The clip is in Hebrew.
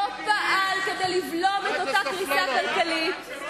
לא פעל כדי לבלום את אותה קריסה כלכלית.